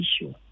issue